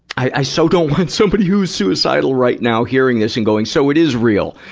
i, i so don't want somebody who is suicidal right now hearing this and going, so, it is real!